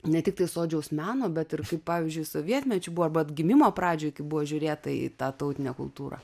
ne tiktai sodžiaus meno bet ir kaip pavyzdžiui sovietmečiu buvo arba atgimimo pradžioj buvo žiūrėta į tą tautinę kultūrą